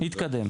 נתקדם.